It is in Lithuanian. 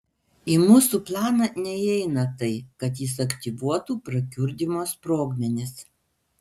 į mūsų planą neįeina tai kad jis aktyvuotų prakiurdymo sprogmenis